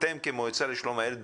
אתם כמועצה לשלום הילד,